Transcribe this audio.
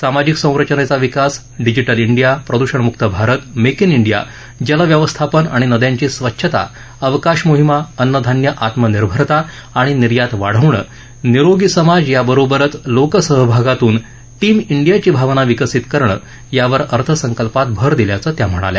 सामाजिक संरचनेचा विकास डिजिटल ांडिया प्रदूषणमुक्त भारत मेक जे ांडिया जलव्यवस्थापन आणि नद्यांची स्वच्छता अवकाश मोहिमा अन्नधान्य आत्मनिर्भरता आणि निर्यात वाढवणं निरोगी समाज याबरोबरच लोकसहभागातून टीम डियाची भावना विकसित करणं यावर अर्थसंकल्पात भर दिल्याचं त्या म्हणाल्या